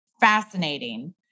fascinating